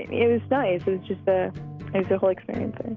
it was nice. it was just the and so whole experience and